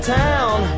town